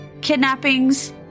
kidnappings